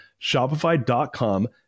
Shopify.com